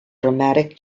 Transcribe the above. dramatic